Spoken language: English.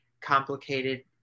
complicated